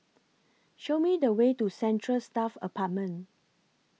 Show Me The Way to Central Staff Apartment